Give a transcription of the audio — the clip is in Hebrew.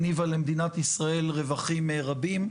הניבה למדינת ישראל רווחים רבים.